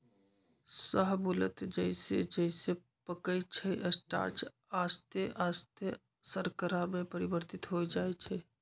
शाहबलूत जइसे जइसे पकइ छइ स्टार्च आश्ते आस्ते शर्करा में परिवर्तित हो जाइ छइ